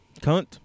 cunt